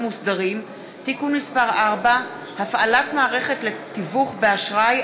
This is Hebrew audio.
מוסדרים) (תיקון מס׳ 4) (הפעלת מערכת לתיווך באשראי),